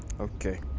Okay